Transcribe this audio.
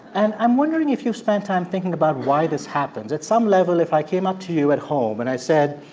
and i'm wondering if you've spent time thinking about why this happens. at some level, if i came up to you at home and i said,